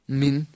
min